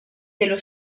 dello